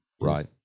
Right